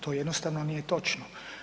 To jednostavno nije točno.